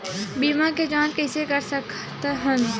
बीमा के जांच कइसे कर सकत हन?